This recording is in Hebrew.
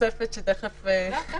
בתוספת שתיכף נקרא.